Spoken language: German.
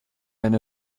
einer